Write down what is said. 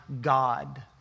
God